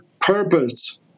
purpose